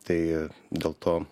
tai dėl to